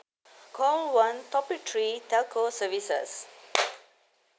call one topic three telco services